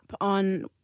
on